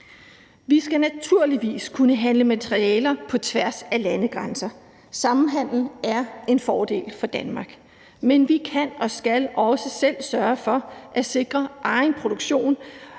Vi skal naturligvis kunne handle materialer på tværs af landegrænser. Samhandel er en fordel for Danmark, men vi kan og skal også selv sørge for at sikre egen produktion